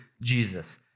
Jesus